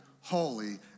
holy